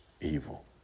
evil